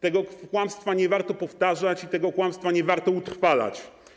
Tego kłamstwa nie warto powtarzać i tego kłamstwa nie warto utrwalać.